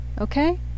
Okay